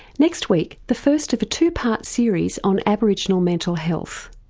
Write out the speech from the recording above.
next week the first of a two part series on aboriginal mental health.